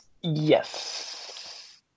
Yes